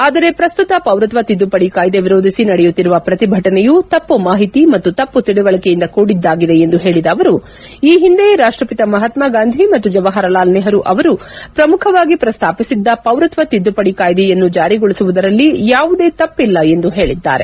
ಆದರೆ ಪ್ರಸ್ತುತ ಪೌರತ್ವ ತಿದ್ದುಪಡಿ ಕಾಯ್ದೆ ವಿರೋಧಿಸಿ ನಡೆಯುತ್ತಿರುವ ಪ್ರತಿಭಟನೆಯೂ ತಪ್ಪು ಮಾಹಿತಿ ಮತ್ತು ತಪ್ಪು ತಿಳುವಳಿಕೆಯಿಂದ ಕೂಡಿದ್ದಾಗಿದೆ ಎಂದು ಹೇಳಿದ ಅವರು ಈ ಹಿಂದೆ ರಾಷ್ಷಸಿತ ಮಹಾತ್ನಾಗಾಂಧಿ ಮತ್ತು ಜವಾಹರಲಾಲ್ ನೆಹರು ಅವರು ಪ್ರಮುಖವಾಗಿ ಪ್ರಸ್ತಾಪಿಸಿದ್ದ ಪೌರತ್ವ ತಿದ್ದುಪಡಿ ಕಾಯ್ದೆಯನ್ನು ಜಾರಿಗೊಳಿಸುವುದರಲ್ಲಿ ಯಾವುದೇ ತಮ್ಪ ಇಲ್ಲ ಎಂದು ಹೇಳಿದ್ದಾರೆ